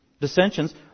dissensions